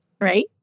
right